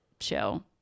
show